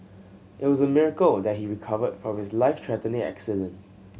it was a miracle that he recovered from his life threatening accident